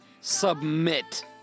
submit